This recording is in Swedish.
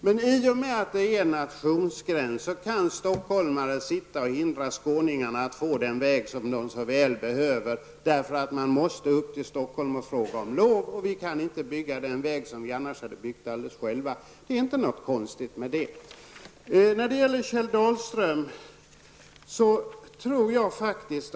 Men i och med att det är en nationsgräns kan Stockholmare sitta och hindra skåningar att få den väg som vi så väl behöver, bara för att vi måste åka till Stockholm och fråga om lov. Därför kan vi inte bygga den väg som vi annars hade byggt alldeles själva. Det är inte något konstigt med det. Jag vill säga följande till Kjell Dahlström.